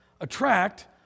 attract